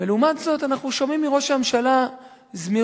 ולעומת זאת אנחנו שומעים מראש הממשלה זמירות,